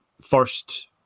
first